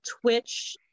Twitch